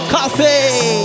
Coffee